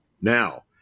Now